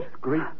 great